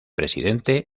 presidente